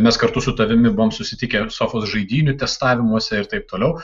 mes kartu su tavimi buvom susitikę sofos žaidynių testavimuose ir taip toliau